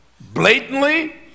blatantly